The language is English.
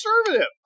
conservative